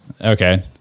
Okay